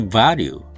value